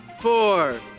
four